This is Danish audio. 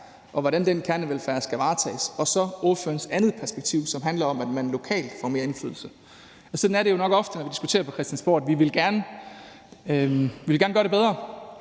og hvordan den kernevelfærd skal varetages, og vi så på den anden side har ordførerens andet perspektiv, som handler om, at man lokalt får mere indflydelse. Sådan er det jo nok ofte, når vi diskuterer på Christiansborg. Vi vil gerne gøre det bedre,